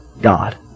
God